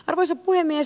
arvoisa puhemies